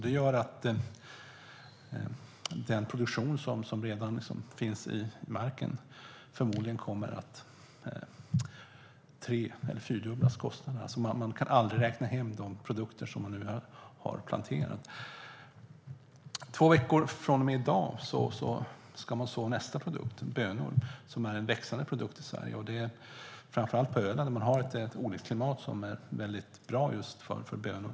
Det gör att kostnaderna för den produktion som redan finns i marken förmodligen kommer att tre eller fyrdubblas. Jordbrukarna kommer alltså aldrig att kunna räkna hem de produkter som de nu har planterat.Två veckor från och med i dag ska man så nästa produkt: bönor, som är en växande produkt i Sverige - framför allt på Öland, där man har ett odlingsklimat som är väldigt bra för just bönor.